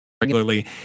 regularly